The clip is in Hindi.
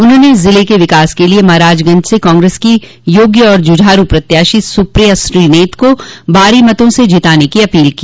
उन्होंने जिले के विकास के लिये महराजगंज से कांग्रेस की योग्य व जुझारू प्रत्याशी सुप्रिया श्रीनेत को भारी मतों से जिताने की अपील की